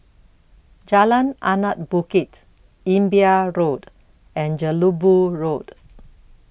Jalan Anak Bukit Imbiah Road and Jelebu Road